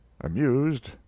amused